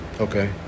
Okay